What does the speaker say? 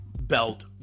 belt